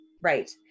Right